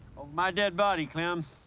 my dead body, clem.